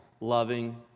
loving